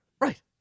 right